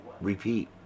Repeat